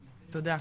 תודה,